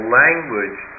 language